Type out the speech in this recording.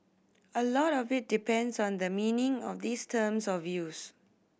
a lot of it depends on the meaning of these terms of use